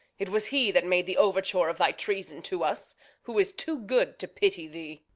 it was he that made the overture of thy treasons to us who is too good to pity thee.